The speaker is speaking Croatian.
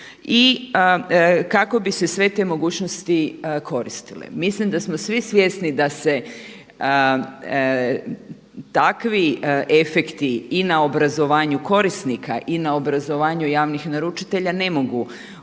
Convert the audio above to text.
i kako bi se sve te mogućnosti koristile. Mislim da smo svi svjesni da se takvi efekti i na obrazovanju korisnika i na obrazovanju javnih naručitelja ne mogu ostvariti